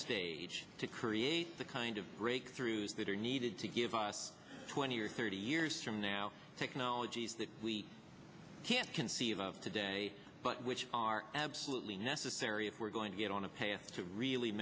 stage to create the kind of breakthroughs that are needed to give us twenty or thirty years from now technologies that we can't conceive of today but which are absolutely necessary if we're going to get on a path to really